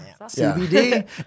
CBD